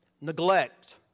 neglect